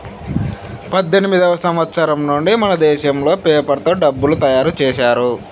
పద్దెనిమిదివ సంవచ్చరం నుండి మనదేశంలో పేపర్ తో డబ్బులు తయారు చేశారు